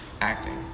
acting